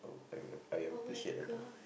I I appreciate a lot